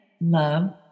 love